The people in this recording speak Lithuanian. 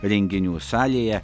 renginių salėje